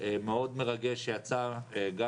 מאוד מרגש שיצא גם